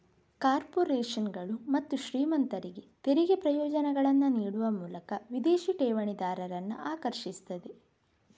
ಕಾರ್ಪೊರೇಷನುಗಳು ಮತ್ತು ಶ್ರೀಮಂತರಿಗೆ ತೆರಿಗೆ ಪ್ರಯೋಜನಗಳನ್ನ ನೀಡುವ ಮೂಲಕ ವಿದೇಶಿ ಠೇವಣಿದಾರರನ್ನ ಆಕರ್ಷಿಸ್ತದೆ